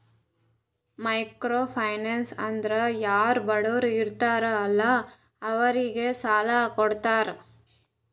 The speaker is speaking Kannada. ಮೈಕ್ರೋ ಫೈನಾನ್ಸ್ ಅಂದುರ್ ಯಾರು ಬಡುರ್ ಇರ್ತಾರ ಅಲ್ಲಾ ಅವ್ರಿಗ ಸಾಲ ಕೊಡ್ತಾರ್